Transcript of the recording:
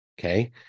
okay